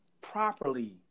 properly